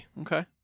okay